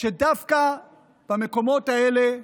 שדווקא במקומות האלה,